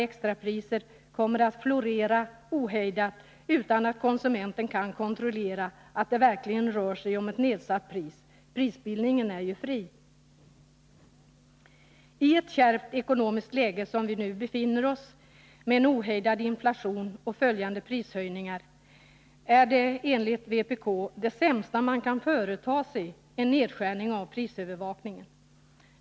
extrapriser kommer att florera ohejdat, utan att konsumenten kan kontrollera att det verkligen rör sig om ett nedsatt pris. Prisbildningen är ju fri. I ett kärvt ekonomiskt läge, som det vi nu befinner oss i med en ohejdad inflation och följande prishöjningar, är enligt vpk det sämsta man kan företa sig en försämring av prisövervakningen.